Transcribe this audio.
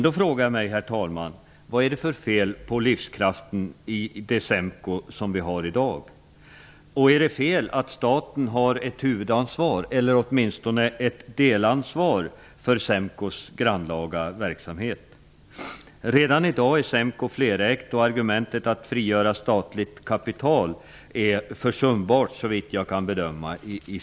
Då frågar jag mig: Vad är det för fel på livskraften i det SEMKO som vi har i dag? Är det fel att staten har ett huvudansvar, eller åtminstone ett delansvar, för SEMKO:s grannlaga verksamhet? Redan i dag är SEMKO flerägt, och argumentet att frigöra statligt kapital är försumbart i SEMKO:s fall, såvitt jag kan bedöma.